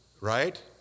right